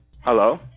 Hello